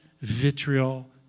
vitriol